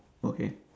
okay